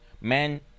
Men